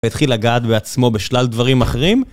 והתחיל לגעת בעצמו בשלל דברים אחרים.